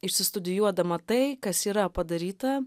išsistudijuodama tai kas yra padaryta